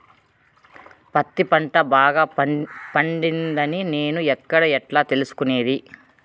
పత్తి పంట బాగా పండిందని నేను ఎక్కడ, ఎట్లా తెలుసుకునేది?